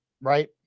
right